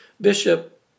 bishop